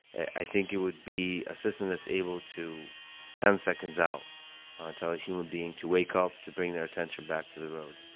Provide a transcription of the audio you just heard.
i think it would be a system that's able to ten seconds out ah tell a human being to wake up, to bring their attention back to the road.